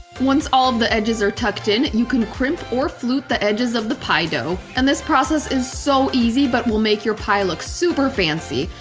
once all of the edges are tucked in, you can crimp or flute the edges of the pie dough. and this process is so easy but will make your pie look super fancy.